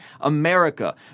America